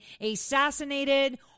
assassinated